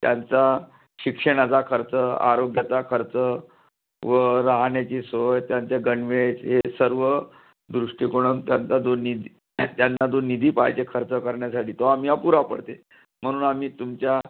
त्यांचा शिक्षणाचा खर्च आरोग्याचा खर्च व राहण्याची सोय त्यांचा गणवेश हे सर्व दृष्टिकोणातून त्यांचा जो निधी त्यांना जो निधी पाहिजे खर्च करण्यासाठी तो आम्ही अपुरा पडते म्हणून आम्ही तुमच्या